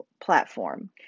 platform